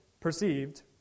perceived